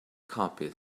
copied